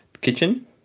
Kitchen